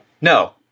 no